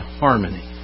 harmony